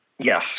Yes